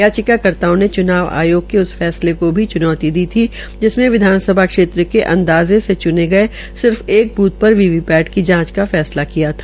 याचिका कर्ता ने चुनाव आयोग के उस फैसले को भी च्नौती दी थी जिसमें विधानसभा क्षेत्र के अंदाजे से च्ने गये सिर्फ एक ब्थ पर वीवीपैट की जांच का फैसला किया था